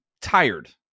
tired